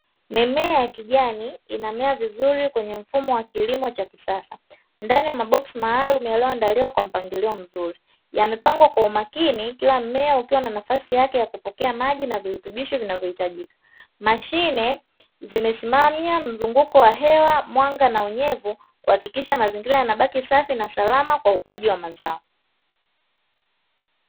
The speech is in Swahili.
Mimea ya kijani inamea vizuri kwenye mfumo wa kilimo cha kisasa ndani ya maboksi maalumu yaliyoandaliwa kwa mpangilio mzuri, yamepangwa kwa umakini kila mmea ukiwa na nafasi yake ya kupokea maji na virutubisho vinavyohitajika. Mashine zimesimamia mzunguko wa hewa, mwanga na unyevu kuhakikisha mazingira yanabaki safi nasalama kwa ajili ya ukuaji wa mazao.